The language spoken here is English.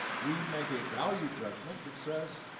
we make a value judgment that says